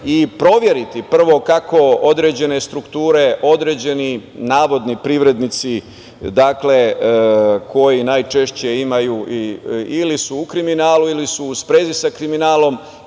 i proveriti prvo kako određene strukture, određeni navodni privrednici, dakle, koji najčešće su u kriminalu ili su u sprezi sa kriminalom